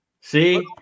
See